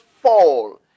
fall